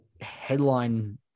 headline